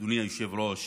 אדוני היושב-ראש,